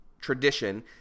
tradition